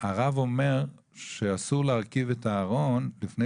הרב אומר שאסור להרכיב את הארון לפני